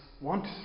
want